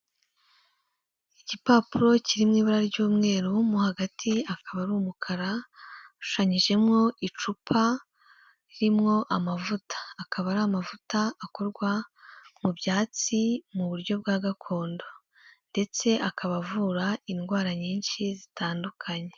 Igipapuro kiri mu ibara ry'umweru mo hagati akaba ari umukara hashushanyijemo icupa ririmwo amavuta, akaba ari amavuta akorwa mu byatsi mu buryo bwa gakondo ndetse akaba avura indwara nyinshi zitandukanye.